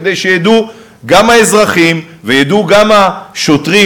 כדי שידעו גם האזרחים וידעו גם השוטרים,